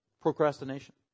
Procrastination